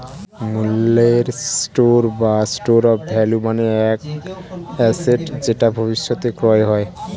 মূল্যের স্টোর বা store of value মানে এক অ্যাসেট যেটা ভবিষ্যতে ক্রয় হয়